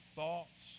thoughts